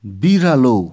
बिरालो